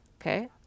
Okay